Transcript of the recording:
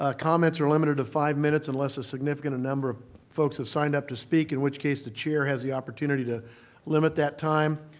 ah comments are limited to five minutes unless a significant number of folks have signed up to speak, in which case the chair has the opportunity to limit that time.